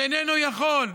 שאיננו יכול,